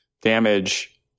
damage